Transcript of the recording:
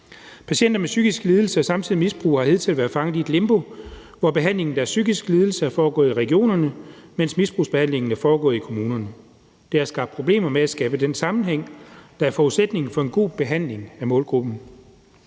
Patienter med psykisk lidelse og samtidig misbrug har hidtil været fanget i et limbo, hvor behandlingen af deres psykiske lidelse er foregået i regionerne, mens misbrugsbehandlingen er foregået i kommunerne. Det har skabt problemer med at skabe den sammenhæng, der er forudsætningen for en god behandling af målgruppen.